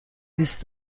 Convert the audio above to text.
بیست